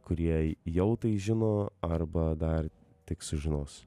kurie jau tai žino arba dar tik sužinos